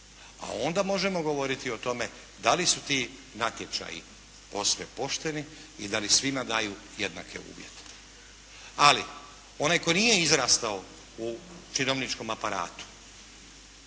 A onda možemo govoriti o tome da li su ti natječaji posve pošteni i da li svima daju jednake uvjete. Ali onaj tko nije izrastao u činovničkom aparatu,